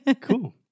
cool